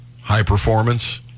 high-performance